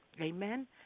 Amen